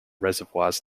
reservoirs